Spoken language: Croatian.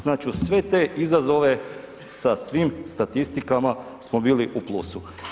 Znači uz sve te izazove sa svim statistikama smo bili u plusu.